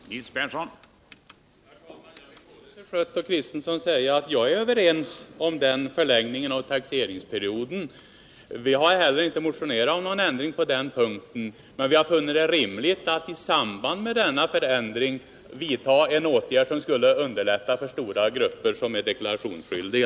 Herr talman! Jag vill säga till både herr Schött och herr Kristenson att jag är överens med dem om förlängningen av taxeringsperioden. Vi har inte heller motionerat om något annat på den punkten. Men vi har funnit det rimligt att i samband med denna förändring vidta en åtgärd som skulle underlätta för stora grupper av deklarationsskyldiga.